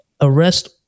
arrest